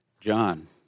John